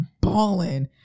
balling